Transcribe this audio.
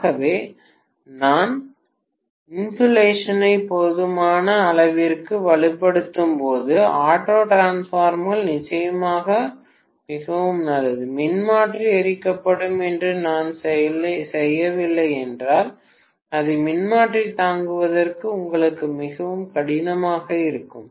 ஆகவே நான் இன்சுலேஷனை போதுமான அளவிற்கு வலுப்படுத்தும்போது ஆட்டோ டிரான்ஸ்ஃபார்மர்கள் நிச்சயமாக மிகவும் நல்லது மின்மாற்றி எரிக்கப்படும் என்று நான் செய்யவில்லை என்றால் அது மின்மாற்றி தாங்குவதற்கு உங்களுக்கு மிகவும் கடினமாக இருங்கள்